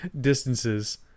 distances